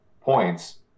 points